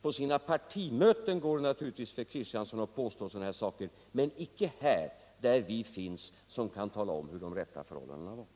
På sina egna partimöten går det naturligtvis an för herr Kristiansson att komma med sådana här påståenden men inte här, där vi finns som kan tala om hur de rätta förhållandena var.